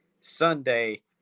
Sunday